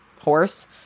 horse